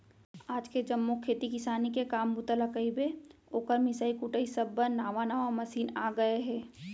आज के जम्मो खेती किसानी के काम बूता ल कइबे, ओकर मिंसाई कुटई सब बर नावा नावा मसीन आ गए हे